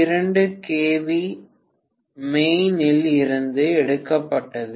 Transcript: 2KV main இல் இருந்து எடுக்கப்பட்டது